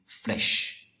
flesh